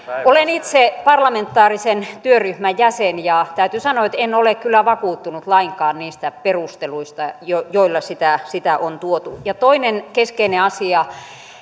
olen itse parlamentaarisen työryhmän jäsen ja täytyy sanoa että en ole kyllä vakuuttunut lainkaan niistä perusteluista joilla sitä sitä on tuotu ja toinen keskeinen asia